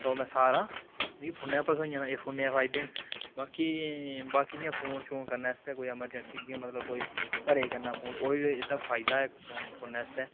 तां ओह् मिगी सारा मिगी फोनै पर थ्होई जाना एह् फोनै दे फायदे न बाकी बाकी जि'यां फोन शोन करने आस्तै कोई ऐमरजैंसी जि'यां मतलब कोई घरै गी करना फोन ओह् बी होई जंदा एह्दा इक फायदा ऐ फ फोनै आस्तै